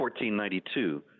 1492